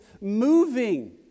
moving